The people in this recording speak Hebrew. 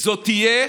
זאת תהיה